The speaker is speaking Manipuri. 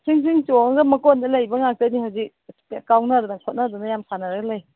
ꯐ꯭ꯔꯤꯡ ꯐ꯭ꯔꯤꯡ ꯆꯣꯡꯉꯒ ꯃꯀꯣꯟꯗ ꯂꯩꯕ ꯉꯥꯛꯇꯅꯤ ꯍꯧꯖꯤꯛ ꯀꯥꯎꯅꯗꯅ ꯈꯣꯠꯅꯗꯅ ꯌꯥꯝ ꯁꯥꯟꯅꯔꯒ ꯂꯩ